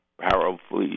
powerfully